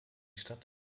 stadt